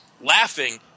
laughing